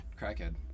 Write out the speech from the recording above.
crackhead